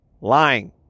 lying